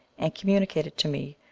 and communicated to me,